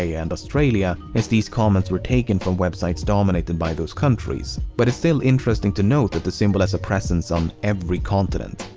ah yeah and australia as these comments were taken from websites dominated by those countries. but it's still interesting to note that the symbol a presence on every continent.